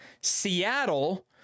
Seattle